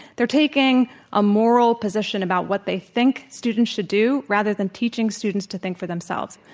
they're taking a moral position about what they think students should do rather than teaching students to think for themselves.